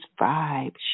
vibe